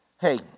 Hey